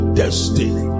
destiny